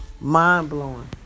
Mind-blowing